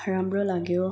राम्रो लाग्यो